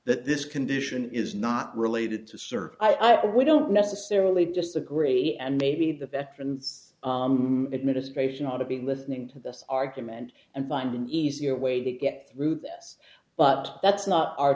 that this condition is not related to serve i we don't necessarily disagree and maybe the veterans administration ought to be listening to this argument and find an easier way to get through this but that's